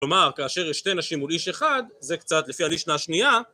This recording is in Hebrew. כלומר, כאשר יש שתי נשים מול איש אחד, זה קצת, לפי הלישנא השנייה